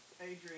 Adrian